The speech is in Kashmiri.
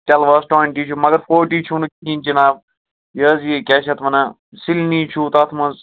ڈیلواس ٹُوَنٹی چھُ مگر فورٹی چھُو نہٕ کِہیٖنۍ جِناب یہِ حظ یہِ کیٛاہ چھِ اَتھ وَنان سِلنی چھُ تَتھ منٛز